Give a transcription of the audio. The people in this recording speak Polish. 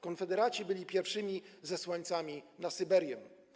Konfederaci byli pierwszymi zesłańcami na Syberię.